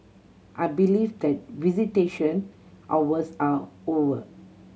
I believe that visitation hours are over